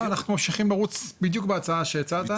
אנחנו ממשיכים בדיוק בהצעה שהצעת.